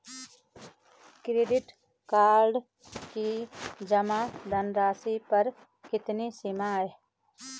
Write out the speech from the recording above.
Credit card की जमा धनराशि पर कितनी सीमा है?